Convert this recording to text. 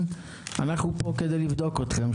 אנחנו בדיון מיוחד לבקשת הקואליציה והאופוזיציה,